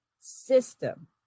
system